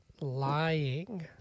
Lying